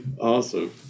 Awesome